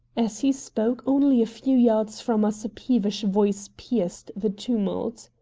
as he spoke, only a few yards from us a peevish voice pierced the tumult.